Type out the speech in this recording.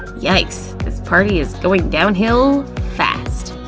yikes, this party is going downhill, fast.